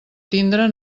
tindre